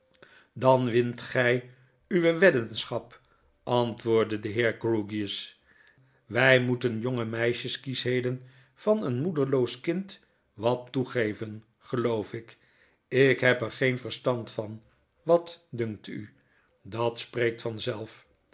dan wint gijuwe weddingschap antwoordde de heer grewgious wy moetenjongemeisjeskieschheden van een moederloos kind wattoegeven geloof ik ik heb er geen verstand van wat dunkt u dat spreekt vanzelf